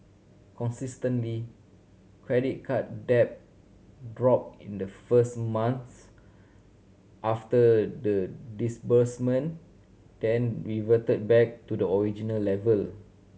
consistently credit card debt dropped in the first month after the disbursement then reverted back to the original level